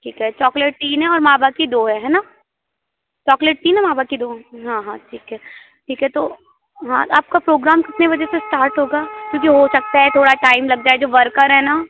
ठीक है चॉकलेट तीन है और मा बाकि दो है है न चॉकलेट तीन है महा बाकि दो हैं हाँ हाँ ठीक है ठीक है तो हाँ त आपका प्रोग्राम कितने बजे से स्टार्ट होगा क्योंकि हो सकता है थोड़ा टाइम लग जाए जो वर्कर है न